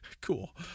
cool